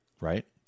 right